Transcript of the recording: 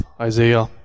Isaiah